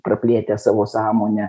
praplėtę savo sąmonę